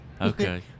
Okay